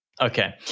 Okay